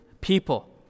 people